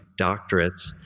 doctorates